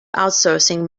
outsourcing